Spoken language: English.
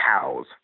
cows